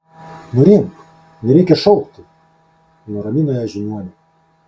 nurimk nereikia šaukti nuramino ją žiniuonė